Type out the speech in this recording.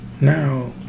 Now